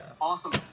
Awesome